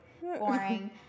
boring